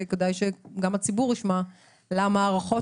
וכדאי שגם הציבור ישמע למה ההערכות